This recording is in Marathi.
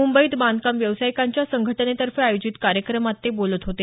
मुंबईत बांधकाम व्यावसायिकांच्या संघटनेतर्फे आयोजित कार्यक्रमात ते बोलत होते